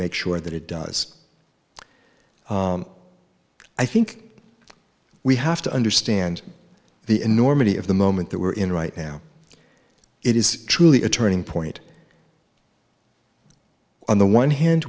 make sure that it does i think we have to understand the enormity of the moment that we are in right now it is truly a turning point on the one hand